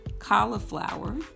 cauliflower